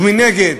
ומנגד,